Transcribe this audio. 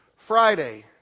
Friday